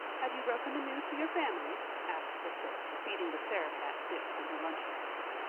have you broken the news to your family? asked priscilla, feeding the sarah-cat bits from her lunchbasket.